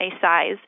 size